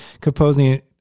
composing